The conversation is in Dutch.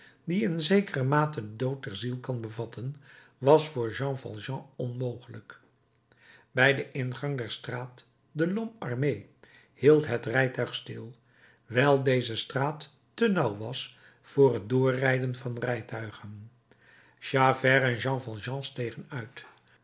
die in zekere mate den dood der ziel kan bevatten was voor jean valjean onmogelijk bij den ingang der straat de lhomme armé hield het rijtuig stil wijl deze straat te nauw was voor het doorrijden van rijtuigen javert en jean valjean stegen uit